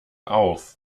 auf